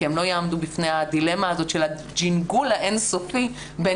כי הם לא יעמדו בפני הדילמה הזאת של הג'ינגול האין-סופי בין